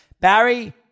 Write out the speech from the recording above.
Barry